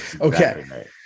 Okay